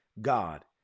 God